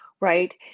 right